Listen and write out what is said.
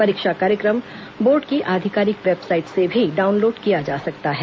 परीक्षा कार्यक्रम बोर्ड की आधिकारिक वेबसाइट से भी डाउनलोड किया जा सकता है